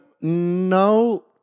No